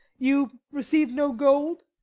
you receiv'd no gold!